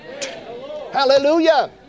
Hallelujah